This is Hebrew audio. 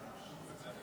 חברי הכנסת, להלן תוצאות